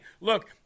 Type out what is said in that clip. Look